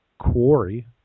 Quarry